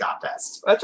contest